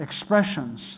expressions